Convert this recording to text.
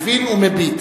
מבין ומביט.